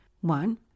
One